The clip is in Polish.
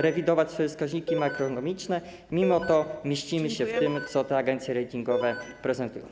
rewidować swoje wskaźniki makroekonomiczne, mimo to mieścimy się w tym, co te agencje ratingowe prezentują.